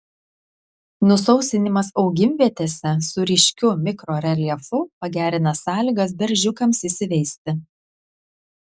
nusausinimas augimvietėse su ryškiu mikroreljefu pagerina sąlygas beržiukams įsiveisti